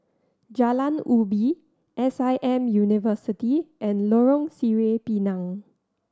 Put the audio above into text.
Jalan Ubi S I M University and Lorong Sireh Pinang